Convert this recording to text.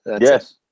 Yes